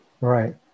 Right